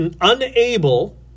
unable